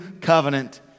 covenant